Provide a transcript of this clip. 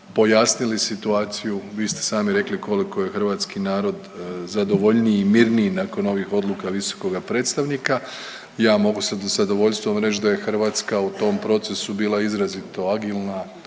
pojasnili situaciju. Vi ste sami rekli koliko je hrvatski narod zadovoljniji i mirniji nakon ovih odluka visokoga predstavnika. Ja mogu sa zadovoljstvom reći da je hrvatska u tom procesu bila izrazito agilna,